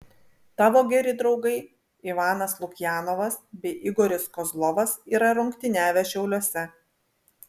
tavo geri draugai ivanas lukjanovas bei igoris kozlovas yra rungtyniavę šiauliuose